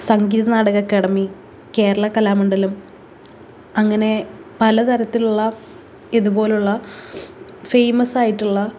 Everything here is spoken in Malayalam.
സംഗീത നാടക അക്കാദമി കേരള കലാമണ്ഡലം അങ്ങനെ പലതരത്തിലുള്ള ഇതുപോലുള്ള ഫേമസ് ആയിട്ടുള്ള